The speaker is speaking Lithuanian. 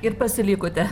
ir pasilikote